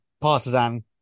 partisan